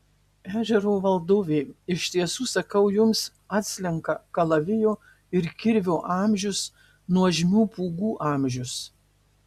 ežero valdovė iš tiesų sakau jums atslenka kalavijo ir kirvio amžius nuožmių pūgų amžius